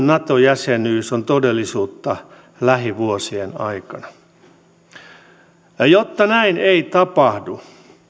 nato jäsenyys on todellisuutta lähivuosien aikana jotta näin ei tapahdu